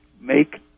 make